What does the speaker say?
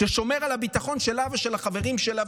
שהוא שומר על הביטחון של אבא של החברים שלה,